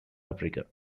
africa